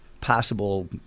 possible